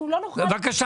בבקשה.